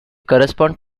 correspond